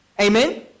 Amen